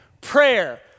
prayer